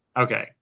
okay